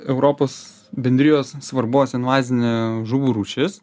europos bendrijos svarbos invazinė žuvų rūšis